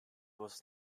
was